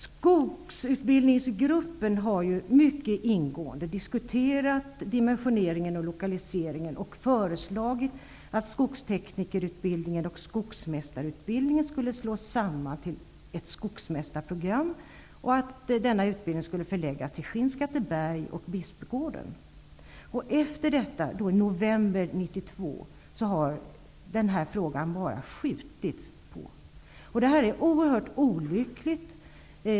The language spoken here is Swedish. Skogsutbildningsgruppen har ju mycket ingående diskuterat dimensioneringen och lokaliseringen och föreslagit att skogsteknikerutbildningen och skogsmästarutbildningen slås samman till ett skogsmästarprogram och att denna utbildning förläggs till Skinnskatteberg och Bispgården. Efter detta, som skedde i november 1992, har den här frågan bara skjutits på. Det här är oerhört olyckligt.